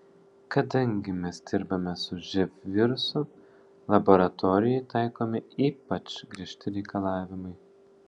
kadangi mes dirbame su živ virusu laboratorijai taikomi ypač griežti reikalavimai